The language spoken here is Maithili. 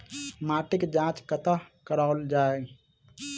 माटिक जाँच कतह कराओल जाए?